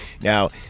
Now